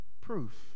Proof